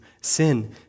Sin